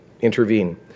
intervene